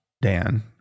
Dan